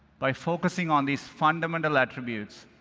by focusing on these fundamental attributes,